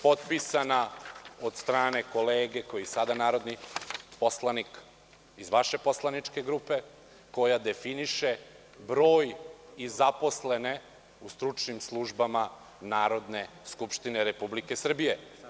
Potpisana je od strane kolege koji je i sada narodni poslanik iz vaše poslaničke grupe, koja definiše broj i zaposlene u stručnim službama Narodne skupštine Republike Srbije.